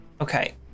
okay